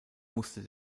musste